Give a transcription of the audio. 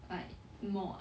like mod